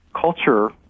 culture